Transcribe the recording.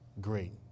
great